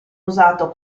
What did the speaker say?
usato